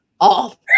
off